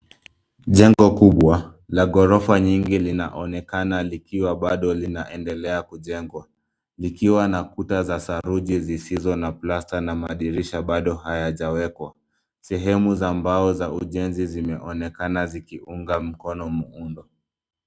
Jengo kubwa la ghorofa nyingi linaonekana likiwa bado linaendelea kujengwa. Likiwa na kuta za saruji zisizo na plasta na madirisha bado hayajawekwa. Sehemu za mbao za ujenzi zimeonekama zikiunga mkono muundo.